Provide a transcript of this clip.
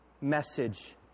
message